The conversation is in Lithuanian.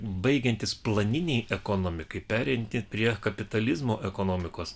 baigiantis planinei ekonomikai pereinat prie kapitalizmo ekonomikos